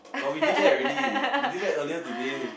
but we did that already we did that earlier today